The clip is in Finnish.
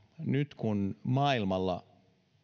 vaikka maailmalla